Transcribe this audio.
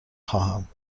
خواهم